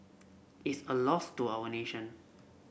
it's a loss to our nation